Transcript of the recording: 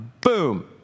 boom